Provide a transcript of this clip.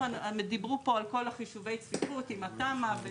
דיברו פה על כל חישובי הצפיפות עם התמ"א,